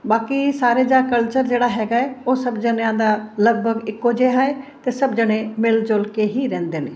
ਬਾਕੀ ਸਾਰੇ ਜਾ ਕਲਚਰ ਜਿਹੜਾ ਹੈਗਾ ਉਹ ਸਬ ਜਣਿਆਂ ਦਾ ਲਗਭਗ ਇੱਕੋ ਜਿਹਾ ਹੈ ਅਤੇ ਸਭ ਜਣੇ ਮਿਲ ਜੁਲ ਕੇ ਹੀ ਰਹਿੰਦੇ ਨੇ